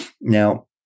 Now